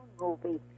movie